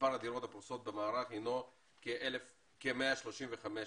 מספר הדירות הפרוסות במערך הינו כ-135 דירות.